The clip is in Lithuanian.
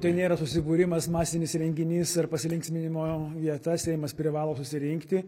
tai nėra susibūrimas masinis renginys ar pasilinksminimo vieta seimas privalo susirinkti